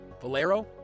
Valero